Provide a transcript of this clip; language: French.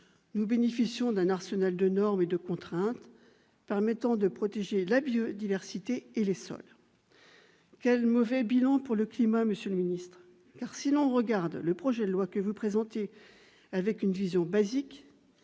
Nous bénéficions en effet d'un arsenal de normes et de contraintes permettant de protéger la biodiversité et les sols. Quel mauvais bilan pour le climat, monsieur le ministre d'État ! En effet, si l'on regarde le projet de loi que vous présentez avec une vision basique,